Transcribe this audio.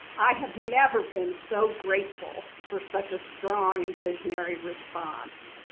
i have never been so grateful for such a strong and visionary response.